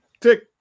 tick